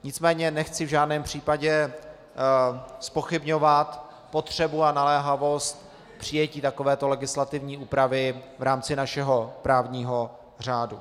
Nicméně nechci v žádném případě zpochybňovat potřebu a naléhavost přijetí takovéto legislativní úpravy v rámci našeho právního řádu.